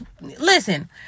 listen